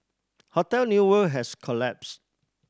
hotel New World has collapsed